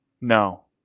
No